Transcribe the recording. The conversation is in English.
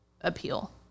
appeal